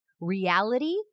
reality